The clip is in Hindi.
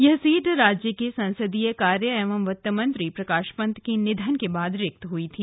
यह सीट राज्य के संसदीय कार्य एवं वित्त मंत्री प्रकाश पन्त के निधन के बाद रिक्त हुई थी